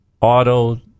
Auto